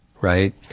right